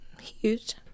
huge